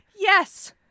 Yes